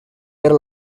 era